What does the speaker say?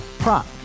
Prop